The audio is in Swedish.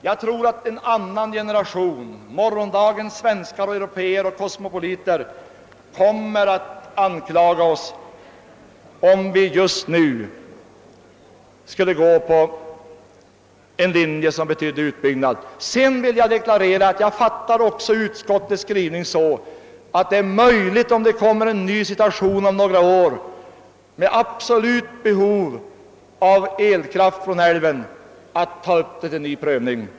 Jag tror att en annan generation — morgondagens svenskar och övriga européer och kosmopoliter — kommer att anklaga oss om vi just nu skulle följa en linje som skulle innebära en sådan utbyggnad. Sedan vill jag deklarera att jag också fattar utskottets skrivning så, att det är möjligt att — om det skulle uppstå en sådan situation om några år, att det skulle bli absolut nödvändigt att hämta elkraft ur älven — ta upp frågan till ny prövning.